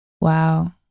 wow